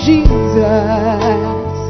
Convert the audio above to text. Jesus